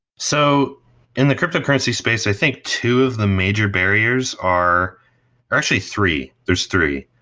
so in the cryptocurrency space, i think two of the major barriers are or actually three. there's three.